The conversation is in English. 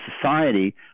society